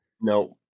no